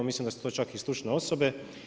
Mislim da su to čak i stručne osobe.